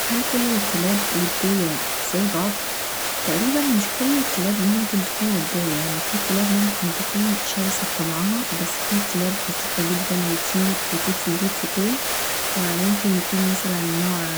هل كل الكلاب وديه زي بعض؟ تقريبا مش كل الكلاب ممكن تكون وديه يعني فيه كلاب ممكن تكون شرسه بطبعها بس فيه كلاب لطيفه جدا وكيوت وتوتي بوتي كدا فممكن يكون مثلا نوع